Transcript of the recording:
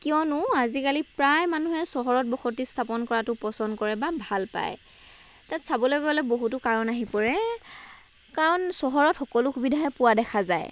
কিয়নো আজিকালি প্ৰায় মানুহে চহৰত বসতি স্থাপন কৰাতো পচন্দ কৰে বা ভাল পায় তাত চাবলৈ গ'লে বহুতো কাৰণ আহি পৰে কাৰণ চহৰত সকলো সুবিধাই পোৱা দেখা যায়